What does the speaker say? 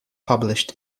published